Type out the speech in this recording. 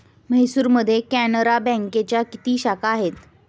म्हैसूरमध्ये कॅनरा बँकेच्या किती शाखा आहेत?